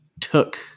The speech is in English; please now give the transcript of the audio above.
took